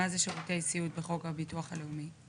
מה זה שירותי סיעוד בחוק הביטוח הלאומי.